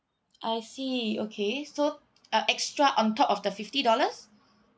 I see okay so uh extra on top of the fifty dollars